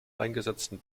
eingesetzten